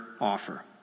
offer